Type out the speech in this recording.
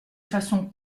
façon